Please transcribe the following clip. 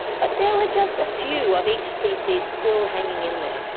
but there were just a few of each species still hanging in there,